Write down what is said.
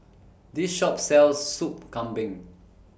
This Shop sells Soup Kambing